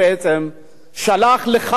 שלח לחבל בוועדה.